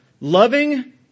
loving